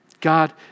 God